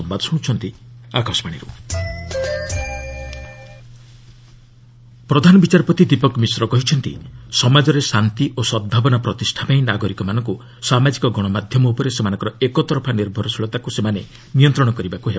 CJI media ପ୍ରଧାନ ବିଚାରପତି ଦୀପକ ମିଶ୍ର କହିଛନ୍ତି ସମାଜରେ ଶାନ୍ତି ଓ ସଦ୍ଭାବନା ପ୍ରତିଷ୍ଠା ପାଇଁ ନାଗରିକମାନଙ୍କୁ ସାମାଜିକ ଗଶମାଧ୍ୟମ ଉପରେ ସେମାନଙ୍କର ଏକତରଫା ନିର୍ଭରଶୀଳତାକୁ ସେମାନେ ନିୟନ୍ତ୍ରଣ କରିବାକୁ ହେବ